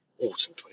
autumn